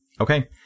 Okay